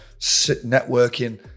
networking